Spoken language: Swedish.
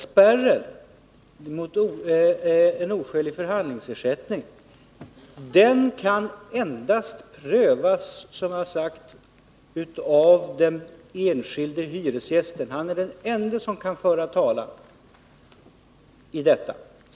Spärren mot oskälig förhandlingsersättning kan, som jag tidigare sagt, prövas endast av den enskilde hyresgästen. Han är den ende som kan föra talan i den saken.